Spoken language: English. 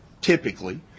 typically